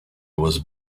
was